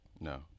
No